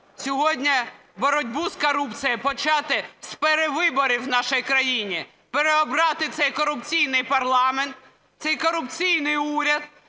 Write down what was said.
сьогодні боротьбу з корупцією почати з перевиборів в нашій країні, переобрати цей корупційний парламент, цей корупційний уряд,